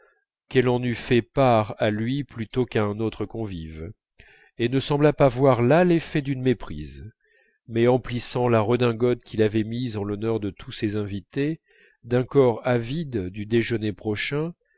qu'elle en eût fait part à lui plutôt qu'à un autre convive et ne sembla pas voir là l'effet d'une méprise mais emplissant la redingote qu'il avait mise en l'honneur de tous ces invités d'un corps avide du déjeuner prochain